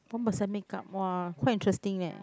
one percent make up !wah! quite interesting leh